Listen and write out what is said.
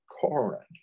Corinth